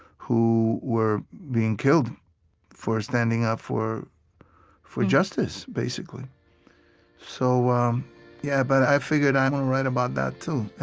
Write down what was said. who were being killed for standing up for for justice, basically so um yeah but i figured, i'm gonna write about that too.